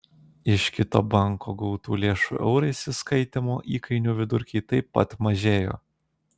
iš kito banko gautų lėšų eurais įskaitymo įkainių vidurkiai taip pat mažėjo